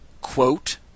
Quote